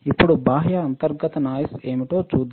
ఇప్పుడు బాహ్య అంతర్గత నాయిస్ ఏమిటో చూద్దాం